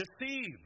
deceived